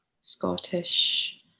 Scottish